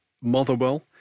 Motherwell